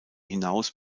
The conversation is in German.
hinaus